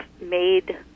made